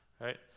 right